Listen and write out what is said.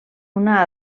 una